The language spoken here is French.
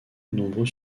nombreux